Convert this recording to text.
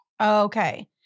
Okay